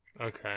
Okay